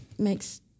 makes